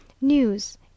News